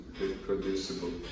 reproducible